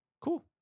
Cool